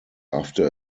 after